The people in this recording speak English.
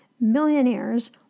millionaires